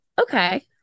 okay